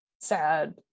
sad